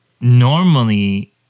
normally